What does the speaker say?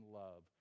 love